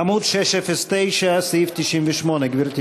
עמוד 609, סעיף 98. גברתי